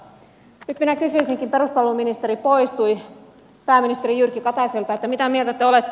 nyt minä kysyisinkin peruspalveluministeri poistui pääministeri jyrki kataiselta mitä mieltä te olette